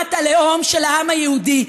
מדינת הלאום של העם היהודי,